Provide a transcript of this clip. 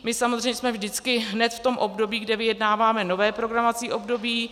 My samozřejmě jsme vždycky hned v tom období, kde vyjednáváme nové programovací období.